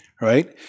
right